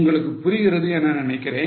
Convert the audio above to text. உங்களுக்கு புரிகிறது என்று நினைக்கிறேன்